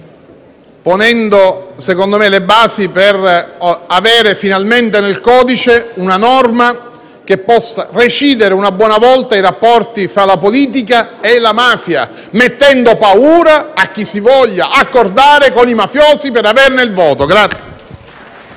norma, ponendo, a mio parere, le basi per avere finalmente nel codice uno strumento che possa recidere, una buona volta, i rapporti fra la politica e la mafia, mettendo paura a chi si voglia accordare con i mafiosi per averne il voto.